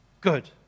good